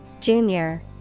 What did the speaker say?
Junior